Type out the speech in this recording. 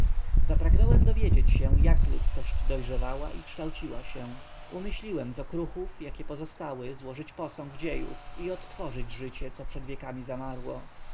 zapragnąłem dowiedzieć się jak ludzkość dojrzewała i kształciła się umyśliłem z okruchów jakie pozostały złożyć posąg dziejów i odtworzyć życie co przed wiekami zamarło